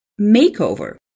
makeover